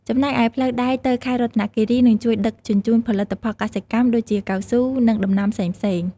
ចំណែកឯផ្លូវដែកទៅខេត្តរតនគិរីនឹងជួយដឹកជញ្ជូនផលិតផលកសិកម្មដូចជាកៅស៊ូនិងដំណាំផ្សេងៗ។